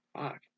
fuck